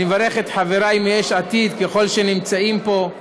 אני מברך את חברי מיש עתיד, ככל שנמצאים פה,